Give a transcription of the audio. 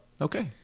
Okay